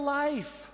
life